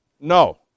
No